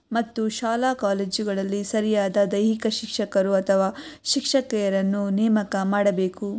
ಮತ್ತು ಶಾಲಾ ಕಾಲೇಜುಗಳಲ್ಲಿ ಸರಿಯಾದ ದೈಹಿಕ ಶಿಕ್ಷಕರು ಅಥವಾ ಶಿಕ್ಷಕಿಯರನ್ನು ನೇಮಕ ಮಾಡಬೇಕು